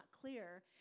clear